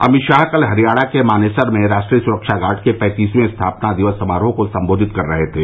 अमित शाह कल हरियाणा के मानेसर में राष्ट्रीय सुरक्षा गार्ड के पैंतीसवें स्थापना दिवस समारोह को सम्बोधित कर रहे थे